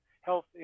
health